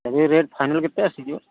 rate final କେତେ ଆସିଯିବ